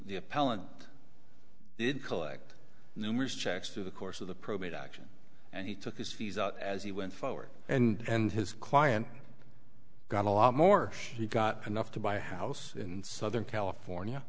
appellant did collect numerous checks through the course of the probate action and he took his fees out as he went forward and his client got a lot more he got enough to buy a house in southern california